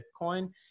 Bitcoin